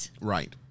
Right